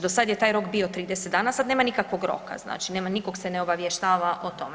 Do sada je taj rok bio 30 dana, sad nema nikakvog roka, znači nema nikog se obavještava o tome.